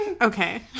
Okay